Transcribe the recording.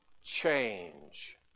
change